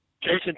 Jason